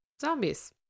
zombies